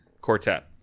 Quartet